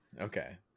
Okay